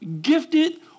gifted